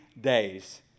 days